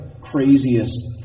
craziest